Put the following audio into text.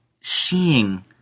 seeing